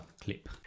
clip